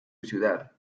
ciudad